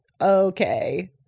okay